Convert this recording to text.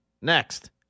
Next